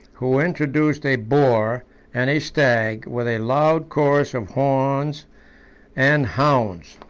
who introduced a boar and a stag, with a loud chorus of horns and hounds.